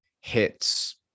hits